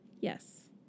Yes